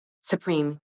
Supreme